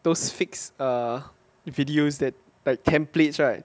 those fixed err videos that like templates right